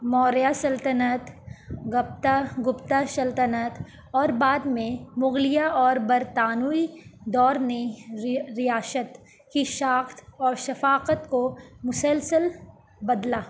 موریہ سلطنت گپتا گپتا سلطنت اور بعد میں مغلیہ اور برطانوی دور نے ریاست کی ساخت اور ثفاقت کو مسلسل بدلا